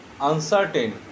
uncertain